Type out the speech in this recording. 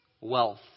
wealth